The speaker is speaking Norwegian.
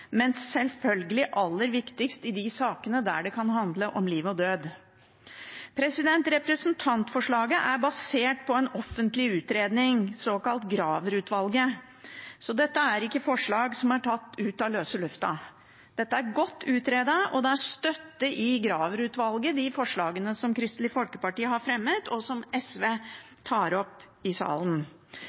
men selvfølgelig aller viktigst i de sakene der det kan handle om liv og død. Representantforslaget er basert på en offentlig utredning fra det såkalte Graver-utvalget. Dette er ikke forslag som er tatt ut av løse lufta. Dette er godt utredet, og de forslagene Kristelig Folkeparti har fremmet, og som SV tar opp i salen